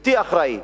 בלתי אחראי,